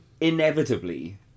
inevitably